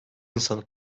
insanı